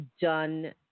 done